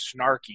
snarky